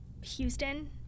Houston